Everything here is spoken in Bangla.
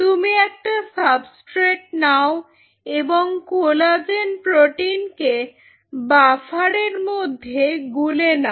তুমি একটা সাবস্ট্রেট নাও এবং কোলাজেন প্রোটিনকে বাফার এর মধ্যে গুলে নাও